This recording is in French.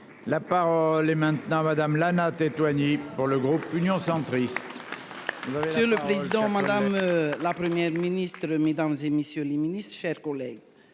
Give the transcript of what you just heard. La par les maintenant madame Lana Teto Annie pour le groupe Union centriste. Monsieur le Président Madame. La Ministre Mesdames et messieurs les Ministres, chers collègues,